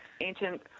ancient